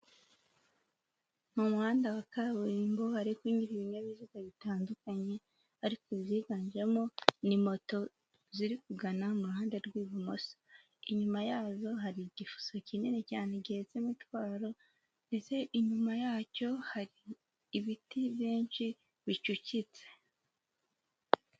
Mu muhanda wa kaburimbo, hari kunyura ibinyabiziga bitandukanye, ariko iziganjemo ni moto ziri kugana mu ruhande rw'ibumoso, inyuma yazo hari igifuso kinini cyanegihetse imitwaro ndetse inyuma yacyo hari ibiti byinshi bicucitse.